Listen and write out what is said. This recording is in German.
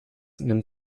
nimmt